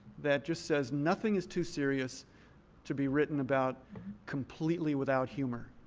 that just says nothing is too serious to be written about completely without humor.